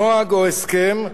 נוהג או הסכם,